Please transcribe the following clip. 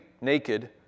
naked